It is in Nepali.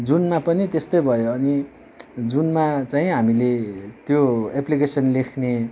जुनमा पनि त्यस्तै भयो अनि जुनमा चाहिँ हामीले त्यो एप्लिकेसन लेख्ने